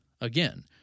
Again